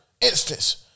instance